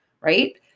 right